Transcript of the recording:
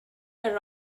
were